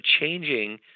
changing